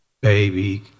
baby